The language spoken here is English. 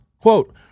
Quote